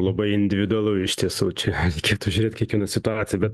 labai individualu iš tiesų čia reikėtų žiūrėt kiekvieną situaciją bet